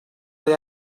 they